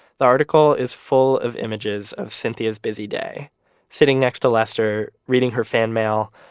the article is full of images of cynthia's busy day sitting next to lester, reading her fan mail,